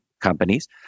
companies